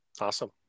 Awesome